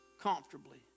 comfortably